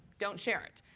don't share it.